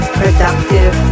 productive